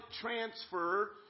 transfer